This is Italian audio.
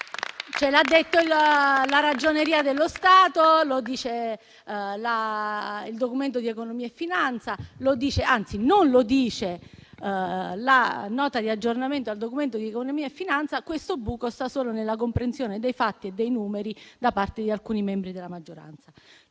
Lo ha detto la Ragioneria generale dello Stato. Lo dice il Documento di economia e finanza e lo dice - anzi, non lo dice - la Nota di aggiornamento al Documento di economia e finanza. Questo buco sta quindi solo nella comprensione dei fatti e dei numeri da parte di alcuni membri della maggioranza.